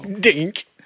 dink